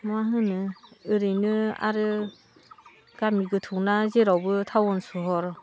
माहोनो ओरैनो आरो गामि गोथौना जेरावबो टाउन सहर